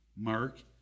Mark